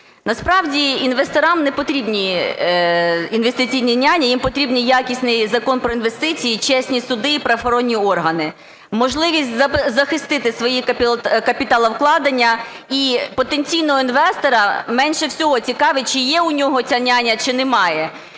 Насправді інвесторам не потрібні "інвестиційні няні" – їм потрібний якісний закон про інвестиції, чесні суди і правоохоронні органі, можливість захистити свої капіталовкладення. І потенційного інвестора менше всього цікавить, чи є у нього ця "няня", чи немає.